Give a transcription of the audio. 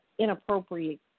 inappropriate